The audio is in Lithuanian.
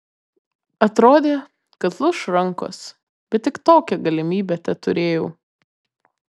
atrodė kad lūš rankos bet tik tokią galimybę teturėjau